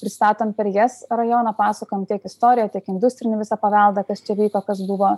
pristatom per jas rajoną pasakojam tiek istoriją tiek industrinį visą paveldą kas čia vyko kas buvo